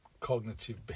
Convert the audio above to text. cognitive